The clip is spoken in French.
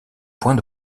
points